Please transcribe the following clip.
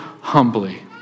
humbly